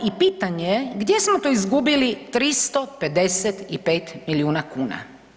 I pitanje je gdje smo to izgubili 355 milijuna kuna?